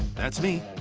that's me,